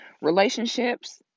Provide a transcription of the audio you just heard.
relationships